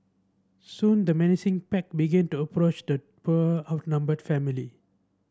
soon the menacing pack began to approach the poor outnumbered family